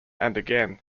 again